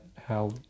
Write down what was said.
how-